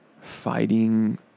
fighting